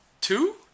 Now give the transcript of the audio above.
two